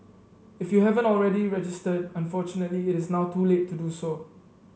if you haven't already registered unfortunately it is now too late to do so